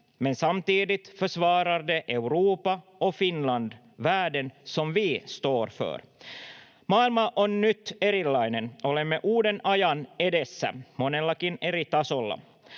men samtidigt försvarar de Europa och Finland, värden som vi står för. Maailma on nyt erilainen. Olemme uuden ajan edessä, monellakin eri tasolla.